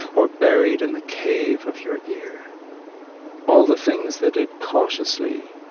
or buried in the cave of your ear all the things they did cautiously,